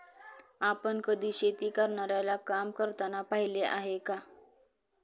आपण कधी शेती करणाऱ्याला काम करताना पाहिले आहे का?